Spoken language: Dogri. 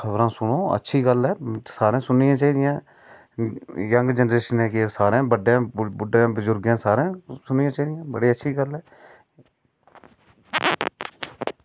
खबरा सुनो अच्छी गल्ल ऐ सारें सुनना चाही दियां यंग जनरेशन केह् सारें बड्डें बजुर्गें के सारें बड़ी अच्छी गल्ल ऐ